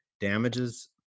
damages